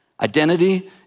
Identity